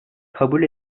kabul